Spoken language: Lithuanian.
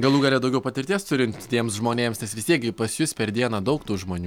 galų gale daugiau patirties turintiems žmonėms nes vis tiek gi pas jus per dieną daug tų žmonių